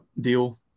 deal